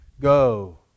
Go